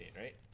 right